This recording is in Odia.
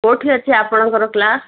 କୋଉଠି ଅଛି ଆପଣଙ୍କର କ୍ଲାସ୍